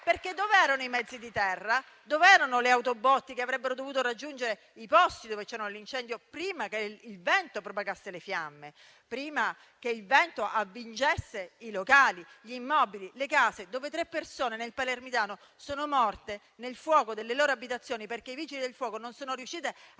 Perché? Dov'erano i mezzi di terra? Dov'erano le autobotti che avrebbero dovuto raggiungere i posti dove c'era l'incendio prima che il vento propagasse le fiamme, prima che il fuoco avvolgesse i locali, gli immobili e le case e prima che tre persone, nel palermitano, morissero nel fuoco delle loro abitazioni, dato che i Vigili del fuoco non sono riusciti a